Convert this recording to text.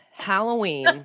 Halloween